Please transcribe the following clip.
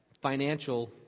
financial